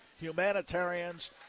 humanitarians